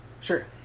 Sure